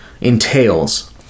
entails